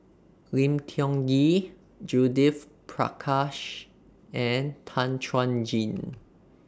Lim Tiong Ghee Judith Prakash and Tan Chuan Jin